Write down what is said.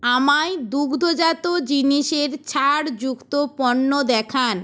আমাকে দুগ্ধজাত জিনিসের ছাড় যুক্ত পণ্য দেখান